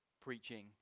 preaching